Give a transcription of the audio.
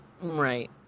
Right